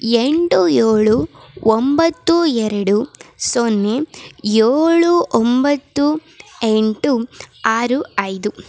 ಎಂಟು ಏಳು ಒಂಬತ್ತು ಎರಡು ಸೊನ್ನೆ ಏಳು ಒಂಬತ್ತು ಎಂಟು ಆರು ಐದು